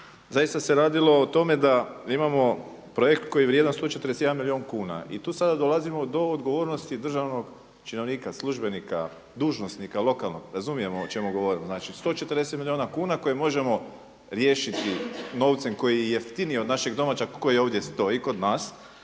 zaista se radilo o tome da imamo projekt koji je vrijedan 141 milijun kuna. I tu sada dolazimo do odgovornosti državnog činovnika, službenika, dužnosnika lokalnog razumijemo o čemu govorim, znači 140 milijuna kuna koje možemo riješiti novcem koji je jeftiniji od našeg domaćeg koji ovdje stoji kod nas